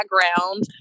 background